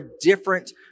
different